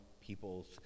people's